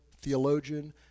theologian